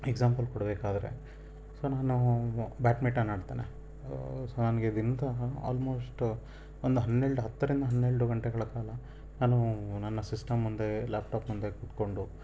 example ಕೊಡಬೇಕಾದ್ರೆ so ನಾನು badminton ಆಡ್ತೇನೆ ಸೊ ನನ್ಗೆ ಇದು ಇಂತಹ ಆಲ್ಮೋಸ್ಟ್ ಒಂದು ಹನ್ನೆರಡು ಹತ್ತರಿಂದ ಹನ್ನೆರಡು ಗಂಟೆಗಳ ಕಾಲ ನಾನು ನನ್ನ ಸಿಸ್ಟಮ್ ಮುಂದೆ ಲ್ಯಾಪ್ಟಾಪ್ ಮುಂದೆ ಕುತ್ಕೊಂಡು